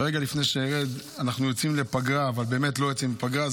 ורגע לפני שארד: אנחנו יוצאים לפגרה אבל באמת לא יוצאים לפגרה.